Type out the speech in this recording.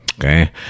okay